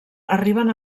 arriben